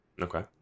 Okay